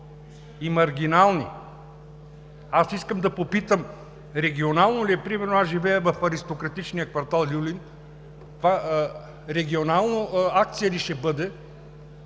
и маргинални… Аз искам да попитам регионално ли е – примерно, аз живея в „аристократичния“ квартал „Люлин“, това регионална акция ли ще бъде,